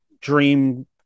dream